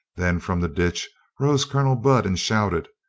then from the ditch rose colonel budd and shouted.